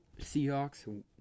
Seahawks